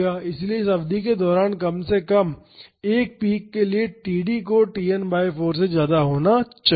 इसलिए इस अवधि के दौरान कम से कम 1 पीक के लिए td को Tn बाई 4 से ज्यादा होना चाहिए